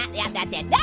and yeah that's it. yeah